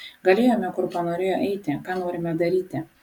galėjome kur panorėję eiti ką norime daryti